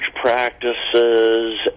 practices